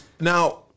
Now